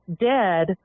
dead